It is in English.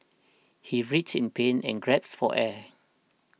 he writhed in pain and grasped for air